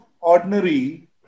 ordinary